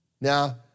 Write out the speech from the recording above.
Now